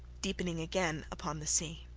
deepening again upon the sea.